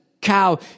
cow